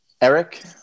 Eric